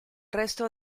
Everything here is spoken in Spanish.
resto